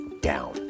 down